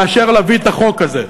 מאשר להביא את החוק הזה.